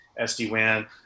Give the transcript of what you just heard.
SD-WAN